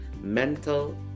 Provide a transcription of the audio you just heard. mental